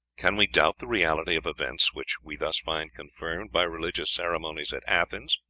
can we doubt the reality of events which we thus find confirmed by religious ceremonies at athens,